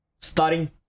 starting